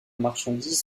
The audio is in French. marchandises